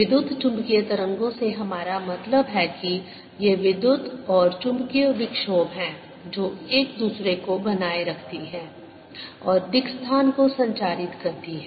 विद्युत चुम्बकीय तरंगों से हमारा मतलब है कि ये विद्युत और चुंबकीय विक्षोभ हैं जो एक दूसरे को बनाए रखती हैं और दिक्स्थान को संचारित करती हैं